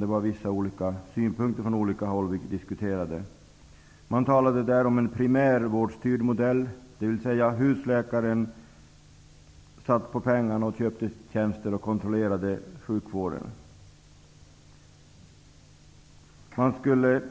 Det var vissa olika synpunkter från olika håll vilka diskuterades. Man talade där om en primärvårdsstyrd modell, dvs husläkaren satt på pengarna och köpte tjänster och kontrollerade sjukvården. Man skulle